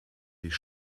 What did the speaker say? sich